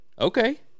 okay